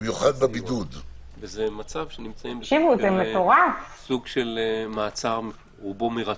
סוג של מעצר רובו מרצון.